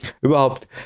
Überhaupt